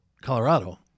Colorado